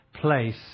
place